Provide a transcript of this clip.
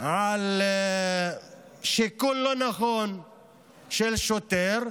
על שיקול לא נכון של שוטר.